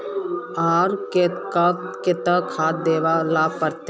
आर कब केते खाद दे ला पड़तऐ?